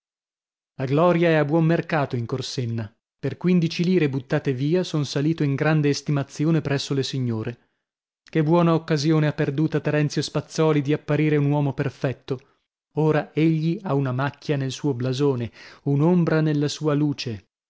la gloria è a buon mercato in corsenna per quindici lire buttate via son salito in grande estimazione presso le signore che buona occasione ha perduta terenzio spazzòli di apparire un uomo perfetto ora egli ha una macchia nel suo blasone un'ombra nella sua luce